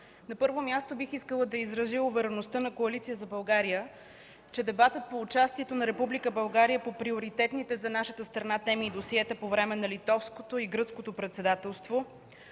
На първо място бих искала да изразя увереността на Коалиция на България, че дебатът по участието на Република България по приоритетните за нашата страна теми и досиета по време на Литовското и Гръцкото председателство